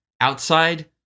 outside